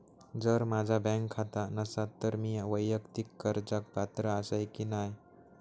जर माझा बँक खाता नसात तर मीया वैयक्तिक कर्जाक पात्र आसय की नाय?